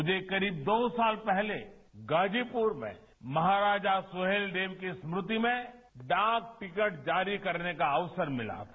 मुझे करीब दो साल पहले गाजीपुर में महाराजा सुहेलदेव जी की स्मृति में डाक टिकट जारी करने का अवसर मिला था